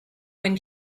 when